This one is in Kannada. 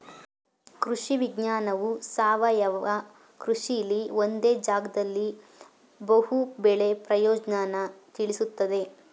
ಕೃಷಿ ವಿಜ್ಞಾನವು ಸಾವಯವ ಕೃಷಿಲಿ ಒಂದೇ ಜಾಗ್ದಲ್ಲಿ ಬಹು ಬೆಳೆ ಪ್ರಯೋಜ್ನನ ತಿಳುಸ್ತದೆ